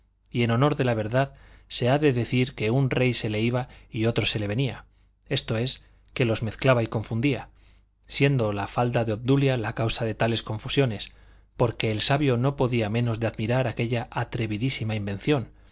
y en honor de la verdad se ha de decir que un rey se le iba y otro se le venía esto es que los mezclaba y confundía siendo la falda de obdulia la causa de tales confusiones porque el sabio no podía menos de admirar aquella atrevidísima invención